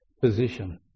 position